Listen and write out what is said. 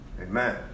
Amen